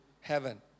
heaven